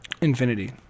Infinity